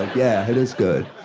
yeah, it is good.